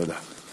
תודה.